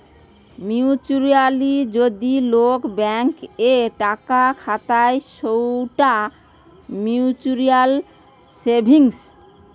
mutually যদি লোক bank এ টাকা খাতায় সৌটা মিউচুয়াল সেভিংস